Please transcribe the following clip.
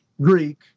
Greek